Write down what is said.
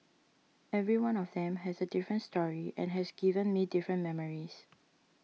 every one of them has a different story and has given me different memories